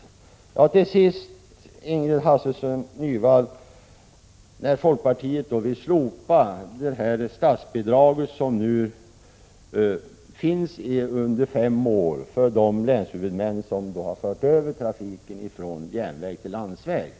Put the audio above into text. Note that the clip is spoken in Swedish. Till sist några ord till Ingrid Hasselström Nyvall. Folkpartiet vill slopa det statsbidrag som nu finns under fem år för de länshuvudmän som har fört över trafiken från järnväg till landsväg.